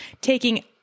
taking